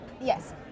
Yes